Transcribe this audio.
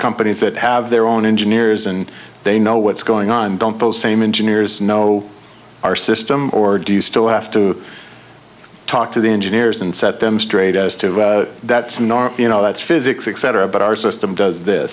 companies that have their own engineers and they know what's going on don't those same engineers know our system or do you still have to talk to the engineers and set them straight as to that snark you know that's physics etc but our system does this